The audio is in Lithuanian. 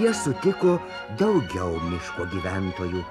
jie sutiko daugiau miško gyventojų